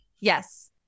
Yes